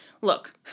look